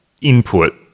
input